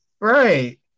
Right